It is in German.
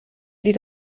die